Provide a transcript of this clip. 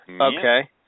Okay